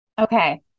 Okay